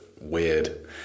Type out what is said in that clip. weird